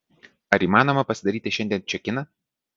ar įmanoma pasidaryti šiandien čekiną